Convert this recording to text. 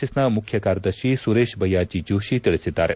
ಎಸ್ನ ಮುಖ್ಯ ಕಾರ್ಯದರ್ತಿ ಸುರೇಶ್ ಬೈಯ್ಯಾಜಿ ಜೋಶಿ ತಿಳಿಸಿದ್ದಾರೆ